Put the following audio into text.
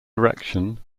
erection